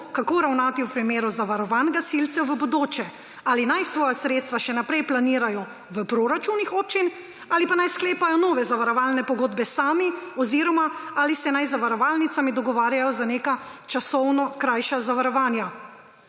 kako ravnati v primeru zavarovanj gasilcev v bodoče, ali naj svoja sredstva še naprej planirajo v proračunih občin ali naj sklepajo nove zavarovalne pogodbe sami oziroma ali naj se z zavarovalnicami dogovarjajo za neka časovno krajša zavarovanja.